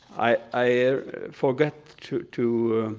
i forgot to to